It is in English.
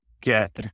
get